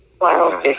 Wow